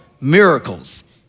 miracles